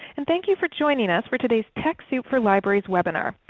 and thank you for joining us for today's techsoup for libraries webinar,